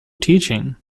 teaching